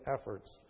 efforts